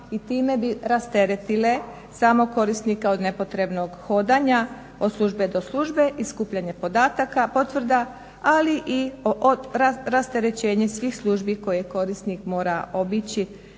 i time bi rasteretile samog korisnika od nepotrebnog hodanja od službe do službe i skupljanja podataka, potvrda, ali i rasterećenje svi službi koje korisnik mora obići